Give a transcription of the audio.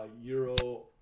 Euro